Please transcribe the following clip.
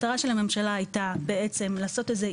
המטרה של הממשלה הייתה בעצם לעשות איזה איזון.